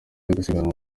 irushanwa